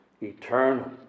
eternal